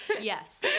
Yes